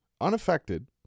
unaffected